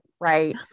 Right